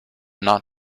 not